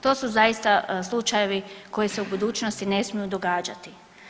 To su zaista slučajevi koji se u budućnosti ne smiju događati.